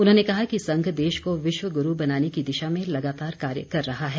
उन्होंने कहा कि संघ देश को विश्व गुरू बनाने की दिशा में लगातार कार्य कर रहा है